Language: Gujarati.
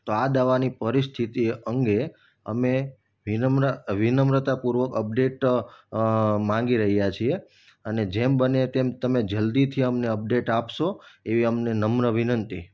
તો આ દાવાની પરિસ્થિતિ અંગે અમે વિનમ્રતાપૂર્વક અપડેટ માગી રહ્યા છીએ અને જેમ બને તેમ તમે અમને જલ્દીથી અપડેટ આપશો એવી અમને નમ્ર વિનંતી